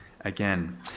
again